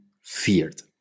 feared